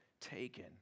taken